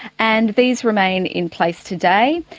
and these remain in place today.